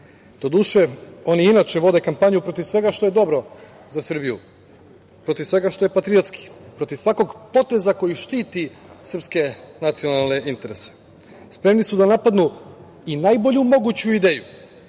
najave. Doduše, oni inače vode kampanju protiv svega što je dobro za Srbiju, protiv svega što je patriotski, protiv svakog poteza koji štiti srpske nacionalne interese. Spremni su da napadnu i najbolju moguću ideju